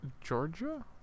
Georgia